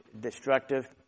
destructive